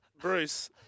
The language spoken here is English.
Bruce